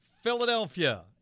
Philadelphia